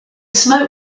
smoke